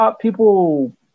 people